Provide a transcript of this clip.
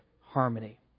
harmony